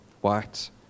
white